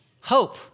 Hope